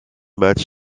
match